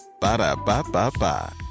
Ba-da-ba-ba-ba